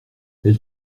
elle